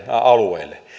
alueelle